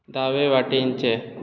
दावे वटेनचें